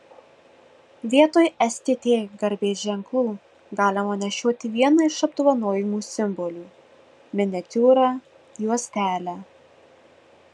vietoj stt garbės ženklų galima nešioti vieną iš apdovanojimų simbolių miniatiūrą juostelę